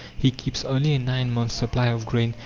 he keeps only a nine-months' supply of grain,